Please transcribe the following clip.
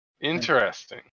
Interesting